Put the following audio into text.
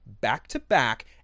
back-to-back